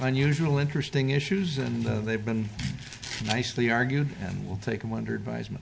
unusual interesting issues and they've been nicely argued and will take an wondered buys me